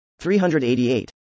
388